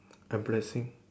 embarrassing